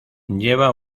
lleva